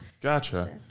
Gotcha